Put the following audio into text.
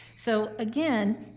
so again,